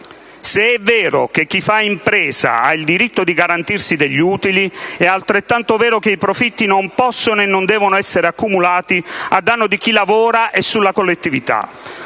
Se è vero che chi fa impresa ha il diritto di garantirsi degli utili, è altrettanto vero che i profitti non possono e non devono essere accumulati a danno di chi lavora e della collettività.